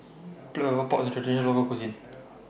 Black Pepper Pork IS A Traditional Local Cuisine